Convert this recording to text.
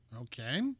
Okay